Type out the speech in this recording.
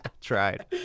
Tried